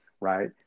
right